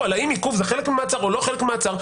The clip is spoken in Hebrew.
על האם עיכוב זה חלק ממעצר או לא חלק ממעצר,